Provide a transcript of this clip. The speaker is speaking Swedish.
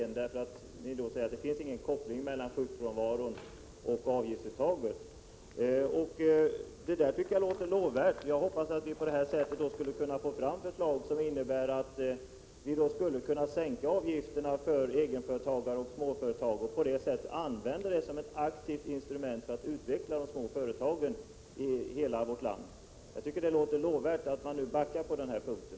Ni säger att det inte finns någon koppling mellan sjukfrånvaron och avgiftsuttaget. Jag tycker att detta låter lovvärt. Jag hoppas att vi på detta sätt skall kunna få fram ett förslag som innebär att vi kan sänka avgifterna för egenföretagare och småföretagare och använda detta som ett aktivt instrument för att utveckla de små företagen i hela vårt land. Jag tycker att det låter lovvärt att man nu backar på den punkten.